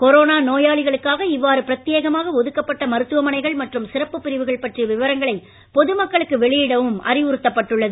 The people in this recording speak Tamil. கொரோனா நோயாளிகளுக்காக இவ்வாறு பிரத்யேகமாக ஒதுக்கப்பட்ட மருத்துவமனைகள் மற்றும் சிறப்பு பிரிவுகள் பற்றிய விவரங்களை பொதுமக்களுக்கு வெளியிடவும் அறிவுறுத்தப்பட்டுள்ளது